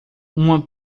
uma